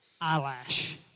eyelash